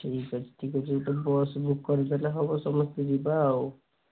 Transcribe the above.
ଠିକ୍ ଅଛି ଠିକ୍ ଅଛି ଗୋଟେ ବସ୍ ବୁକ୍ କରିଦେଲେ ହେବ ସମସ୍ତେ ଯିବା ଆଉ